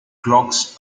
clocks